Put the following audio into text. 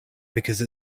because